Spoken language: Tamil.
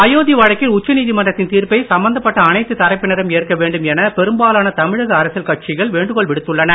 அயோத்தி வழக்கில் உச்சநீதிமன்றத்தின் தீர்ப்பை சம்பந்தப்பட்ட அனைத்து தரப்பினரும் ஏற்க வேண்டும் என பெரும்பாலான தமிழக அரசியல் கட்சிகள் வேண்டுகோள் விடுத்துள்ளன